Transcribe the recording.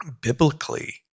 biblically